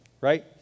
right